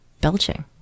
belching